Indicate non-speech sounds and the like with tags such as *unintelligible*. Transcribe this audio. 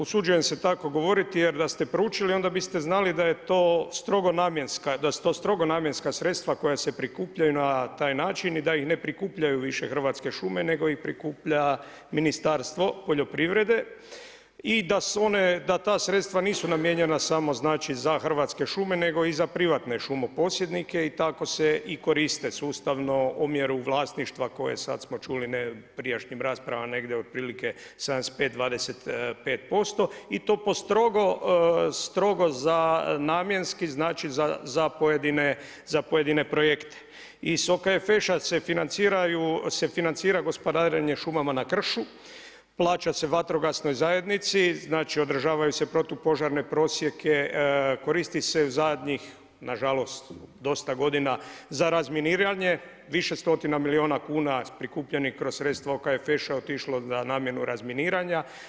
Usuđujem se tako govoriti, jer da ste proučili, onda biste znali, da je to strogonamjenska, da su to strogonamjenska sredstva koja su prikupljena na taj način i da ih ne prikupljaju više Hrvatske šume, nego ih prikuplja Ministarstvo poljoprivrede i da su one, da ta sredstva nisu namijenjena samo za Hrvatske šume, nego i za privatne šumoposjednike i tkao se i koriste, sustavno omjeru vlasništva, koje sad smo čuli, ne prijašnjih rasprava, negdje otprilike 75, 25% i to po strogo, strogo za namjenski, znači za pojedine projekte. … *unintelligible* se financiraju, se financira gospodarenje šuma na kršu, plaća se vatrogasnoj zajednici, znači, održavaju se protupožarne prosijeku, koristi se zadnjih, nažalost, dosta godina za razminiranje, više stotina milijuna kuna prikupljenih kroz sredstva … *unintelligible* je otišlo za namjeru razminiranja.